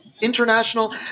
international